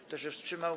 Kto się wstrzymał?